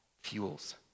fuels